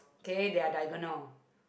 okay they are diagonal